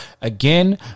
again